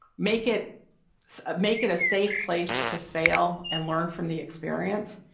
make it make it a safe place to fail and learn from the experience.